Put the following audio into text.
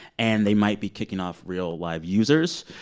and they might be kicking off real, live users.